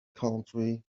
country